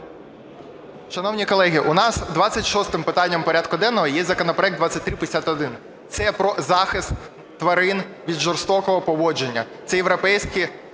Шановні колеги, у нас 26 питанням порядку денного є законопроект 2351, це про захист тварин від жорстокого поводження. Це європейські